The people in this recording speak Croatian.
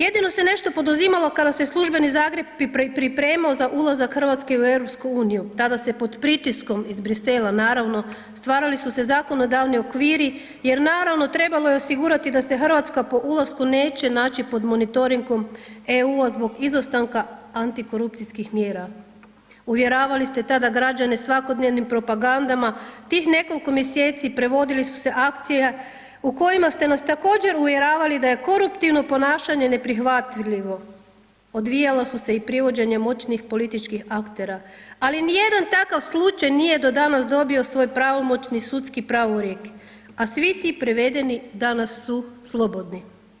Jedino se nešto poduzimalo kada se službeni Zagreb pripremao za ulazak RH u EU, tada se pod pritiskom iz Brisela naravno stvarali su se zakonodavni okviri jer naravno trebalo je osigurati da se RH po ulasku neće naći pod monitoringom EU-a zbog izostanka antikorupcijskih mjera, uvjeravali ste tada građane svakodnevnim propagandama tih nekoliko mjeseci prevodile su se akcije u kojima ste nas također uvjeravali da je koruptivno ponašanje neprihvatljivo, odvijala su se i privođenje moćnih političkih aktera, ali nijedan takav slučaj nije do danas dobio svoj pravomoćni sudski pravorijek, a svi ti prevedeni danas su slobodni.